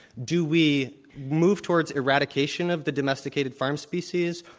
do we move towards eradication of the domesticated, farm species,